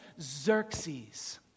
Xerxes